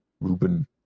Ruben